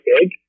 big